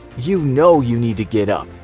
you know you need to get up.